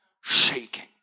Shaking